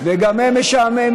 גם הם משעממים.